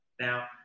Now